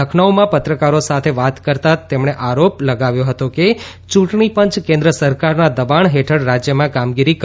લખનૌમાં પત્રકારો સાથે વાત કરતા તેમણે આરોપ લગાવ્યો હતો કે ચૂંટણી પંચ કેન્દ્ર સરકારના દબાણ હેઠળ રાજ્યમાં કામગીરી કરી રહ્યું છે